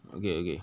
okay okay